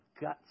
guts